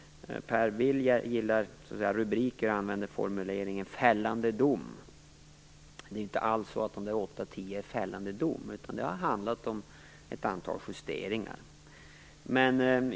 Per Bill gillar rubriker och använder formulering fällande dom. Det har inte alls blivit fällande dom i dessa 8-10 fall, utan det har handlat om ett antal justeringar.